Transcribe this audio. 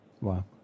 Wow